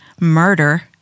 murder